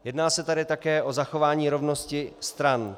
Jedná se tady také o zachování rovnosti stran.